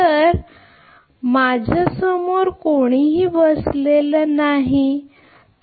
तर कारण माझ्यासमोर कोणीही बसलेला नाही आहे